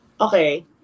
Okay